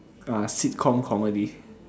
uh sitcom comedy